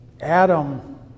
Adam